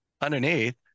underneath